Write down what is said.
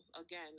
again